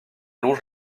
longe